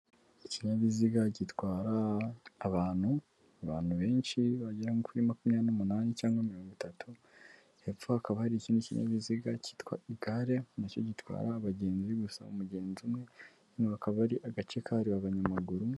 Ikinyabiziga gitwara abantu, abantu benshi bagera kuri makumyabiri n'umunani cyangwa mirongo itatu, hepfo hakaba hari ikindi kinyabiziga cyitwa igare nacyo gitwara abagenzi gusa umugenzi umwe hano akaba ari agace kahariwe abanyamaguru.